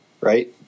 right